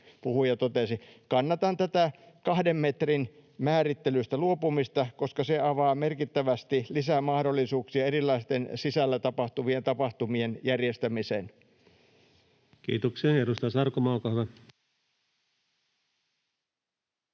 puhuja totesi. Kannatan tätä 2 metrin määrittelystä luopumista, koska se avaa merkittävästi lisää mahdollisuuksia erilaisten sisällä tapahtuvien tapahtumien järjestämiseen. [Speech 9] Speaker: